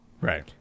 right